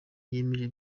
yemeje